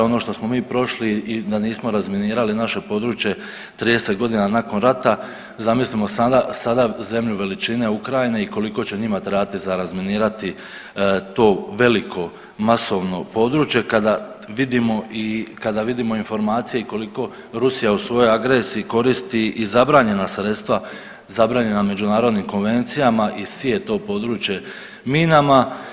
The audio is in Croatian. Ono što smo mi prošli i da nismo razminirali naše područje 30 godina nakon rata zamislimo sada, sada zemlju veličine Ukrajine i koliko će njima trebati za razminirati to veliko, masovno područje kada vidimo, kada vidimo i informacije i koliko Rusija u svojoj agresiji koristi i zabranjena sredstva, zabranjena međunarodnim konvencijama i sije to područje minama.